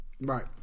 Right